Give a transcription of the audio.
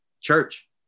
church